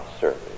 service